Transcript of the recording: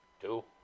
Two